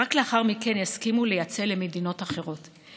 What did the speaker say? ורק לאחר מכן יסכימו לייצא למדינות אחרות.